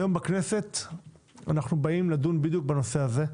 היום בכנסת אנו באים לדון בדיוק בנושא הזה,